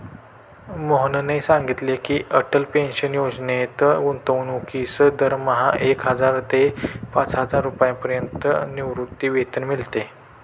मोहनने सांगितले की, अटल पेन्शन योजनेत गुंतवणूकीस दरमहा एक हजार ते पाचहजार रुपयांपर्यंत निवृत्तीवेतन मिळते